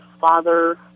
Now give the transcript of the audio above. father